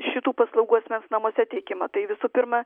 šitų paslaugų asmens namuose teikimą tai visų pirma